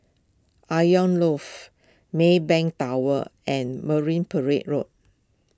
Loft Maybank Tower and Marine Parade Road